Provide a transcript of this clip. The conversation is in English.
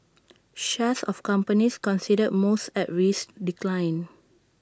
shares of companies considered most at risk declined